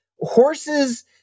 horses